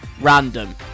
random